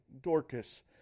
Dorcas